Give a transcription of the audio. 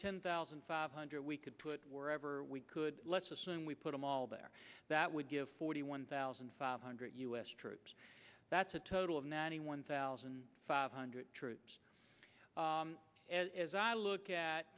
ten thousand five hundred we could put wherever we could let's assume we put them all there that would give forty one thousand five hundred u s troops that's a total of ninety one thousand five hundred troops as i look at